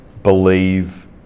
believe